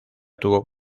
tuvo